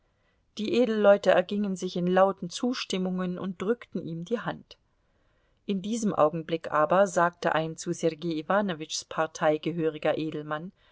die edelleute ergingen sich in lauten zustimmungen und drückten ihm die hand in diesem augenblick aber sagte ein zu sergei iwanowitschs partei gehöriger edelmann